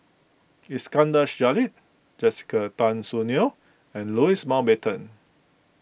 Iskandar Jalil Jessica Tan Soon Neo and Louis Mountbatten